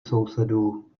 sousedů